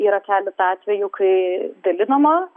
yra keleta atvejų kai dalinama